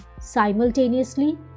Simultaneously